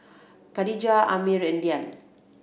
Khadija Ammir and Dian